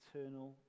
eternal